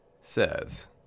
says